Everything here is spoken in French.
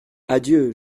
adieu